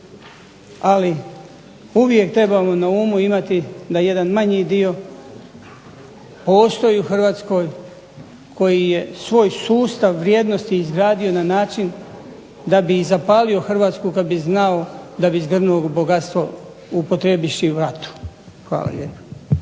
Ali uvijek trebamo na umu imati da jedan manji dio postoji u Hrvatskoj koji je svoj sustav vrijednosti izgradio na način da bi i zapalio Hrvatsku kada bi znao da bi zgrnuo bogatstvo upotrijebivši vatru. Hvala lijepo.